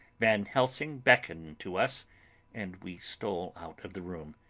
van helsing beckoned to us and we stole out of the room,